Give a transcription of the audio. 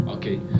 Okay